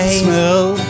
smell